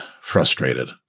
frustrated